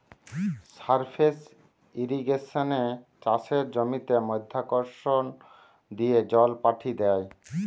surface ইর্রিগেশনে চাষের জমিতে মাধ্যাকর্ষণ দিয়ে জল পাঠি দ্যায়